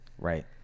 Right